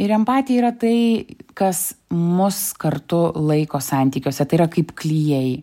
ir empatija yra tai kas mus kartu laiko santykiuose tai yra kaip klijai